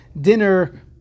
dinner